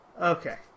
Okay